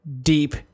deep